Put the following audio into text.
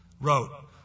wrote